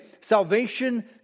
salvation